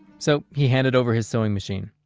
so he handed over his sewing machine.